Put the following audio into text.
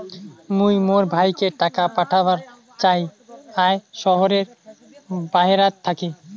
মুই মোর ভাইকে টাকা পাঠাবার চাই য়ায় শহরের বাহেরাত থাকি